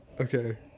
Okay